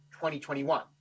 2021